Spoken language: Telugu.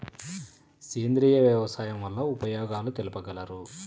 సేంద్రియ వ్యవసాయం వల్ల ఉపయోగాలు తెలుపగలరు?